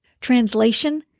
Translation